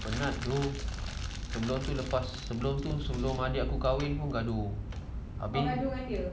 penat dok sebelum lepas sebelum sulung adik aku kahwin pun gaduh